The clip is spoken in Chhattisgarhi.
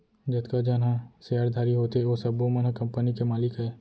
जतका झन ह सेयरधारी होथे ओ सब्बो मन ह कंपनी के मालिक अय